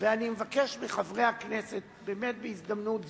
אני מבקש מחברי הכנסת, באמת בהזדמנות זו,